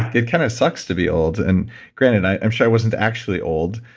it kinda sucks to be old, and granted, i'm sure i wasn't actually old,